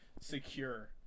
secure